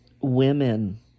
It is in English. women